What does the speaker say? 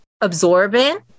absorbent